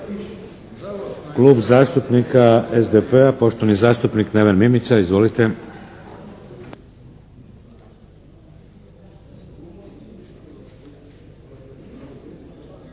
Klub zastupnika SDP-a, poštovani zastupnik Neven Mimica. Izvolite.